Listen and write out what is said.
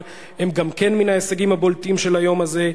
הם גם כן מן ההישגים הבולטים של היום הזה.